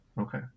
okay